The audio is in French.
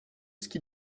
ski